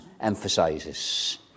emphasizes